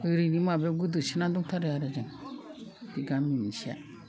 ओरैनो माबायाव गोदोसोनानै दंथारो आरो जों बे गामि मोनसेया